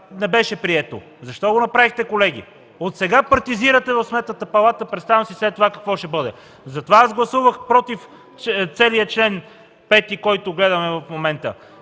не беше прието. Защо го направихте, колеги? От сега партизирате в Сметната палата, представям си след това какво ще бъде. Затова гласувах „против” целия чл. 5, който гледаме в момента.